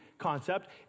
concept